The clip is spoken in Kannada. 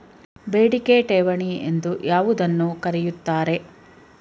ಬೇಡಿಕೆ ಠೇವಣಿ ಎಂದು ಯಾವುದನ್ನು ಕರೆಯುತ್ತಾರೆ?